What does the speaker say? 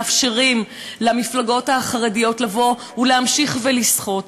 מאפשרים למפלגות החרדיות לבוא ולהמשיך ולסחוט,